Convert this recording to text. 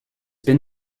been